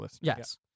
Yes